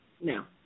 now